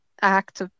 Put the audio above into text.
act